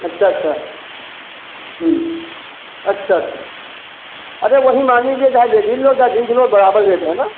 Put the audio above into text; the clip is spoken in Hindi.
अच्छा अच्छा अच्छा अच्छा अरे वही मान लीजिए चाहे लेडीज़ लो चाहे जेन्स लो बराबर रेट है ना